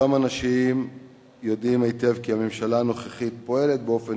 אותם אנשים יודעים היטב כי הממשלה הנוכחית פועלת באופן